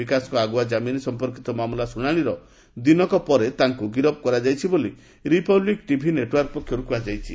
ବିକାଶଙ୍କ ଆଗୁଆ ଜାମିନ୍ ସମ୍ପର୍କିତ ମାମଲା ଶୁଣାଶିର ଦିନକ ପରେ ତାଙ୍କୁ ଗିରଫ କରାଯାଇଛି ବୋଲି ରିପବ୍ଲିକ୍ ଟିଭି ନେଟ୍ୱାର୍କ ପକ୍ଷରୁ କୁହାଯାଇଛି